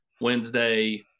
Wednesday